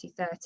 2030